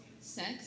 sex